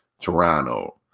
Toronto